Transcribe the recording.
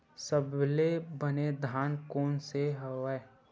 सबले बने धान कोन से हवय?